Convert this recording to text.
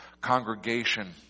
congregation